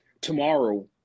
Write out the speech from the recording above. tomorrow